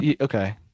Okay